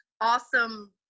awesome